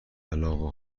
علاقه